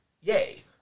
Yay